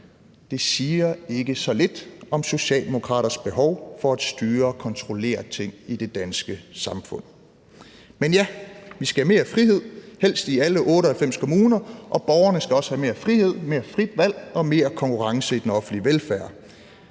Det siger ikke så lidt om socialdemokraters behov for at styre og kontrollere ting i det danske samfund. Men ja, vi skal have mere frihed, helst i alle 98 kommuner, og borgerne skal også have mere frihed, mere frit valg og mere konkurrence i den offentlige velfærd.